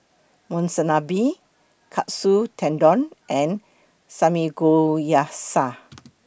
Monsunabe Katsu Tendon and Samgeyopsal